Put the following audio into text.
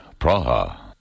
Praha